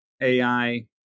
AI